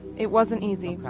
it wasn't easy.